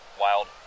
wild